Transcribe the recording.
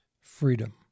freedom